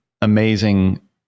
amazing